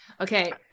Okay